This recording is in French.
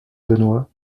benoit